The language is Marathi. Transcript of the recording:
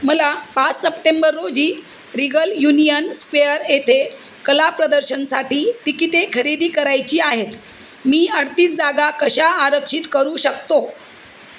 मला पाच सप्टेंबर रोजी रिगल युनियन स्क्वेअर येथे कला प्रदर्शनसाठी तिकिते खरेदी करायची आहेत मी अडतीस जागा कशा आरक्षित करू शकतो